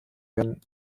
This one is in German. werden